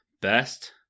best